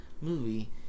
movie